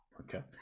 Okay